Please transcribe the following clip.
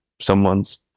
someone's